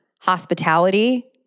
hospitality